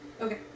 Okay